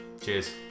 cheers